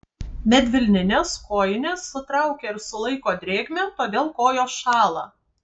medvilninės kojinės sutraukia ir sulaiko drėgmę todėl kojos šąla